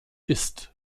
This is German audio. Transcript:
ist